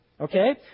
Okay